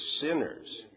sinners